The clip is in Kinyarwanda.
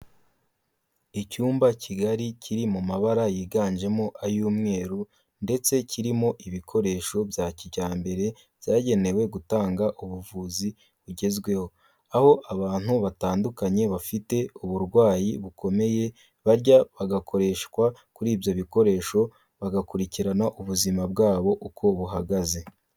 Icyumba kigari kiri mu mabara yiganjemo ay'umweru ndetse kirimo ibikoresho bya kijyambere byagenewe gutanga ubuvuzi bugezweho, aho abantu batandukanye bafite uburwayi bukomeye bajya bagakoreshwa kuri ibyo bikoresho, bagakurikirana ubuzima bwabo uko buhagaze.